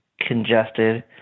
congested